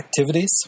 activities